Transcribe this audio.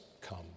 come